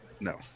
No